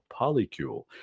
polycule